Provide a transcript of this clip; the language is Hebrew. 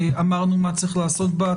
אמרנו מה צריך לעשות בה,